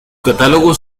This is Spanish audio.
catálogo